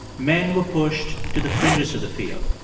men were pushed to the fringes of the field,